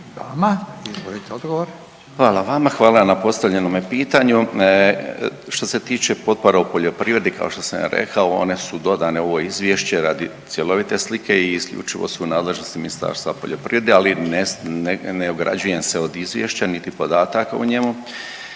Hvala vama. Hvala na postavljenome pitanju. Što se tiče potpora u poljoprivredi, kao što sam rekao, one su dodane u ovo Izvješće radi cjelovite slike i isključivo su u nadležnosti Ministarstva poljoprivrede, ali ne ograđujem se od Izvješća niti podataka u njemu.